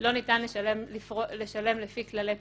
לא ניתן לשלם לפי כללי פריסה,